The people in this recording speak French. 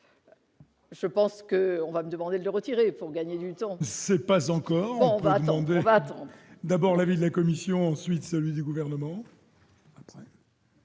Je pense que on va demander de retirer pour gagner du temps. C'est pas encore en anglais : d'abord l'avis de la commission ensuite celui du gouvernement.